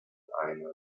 eine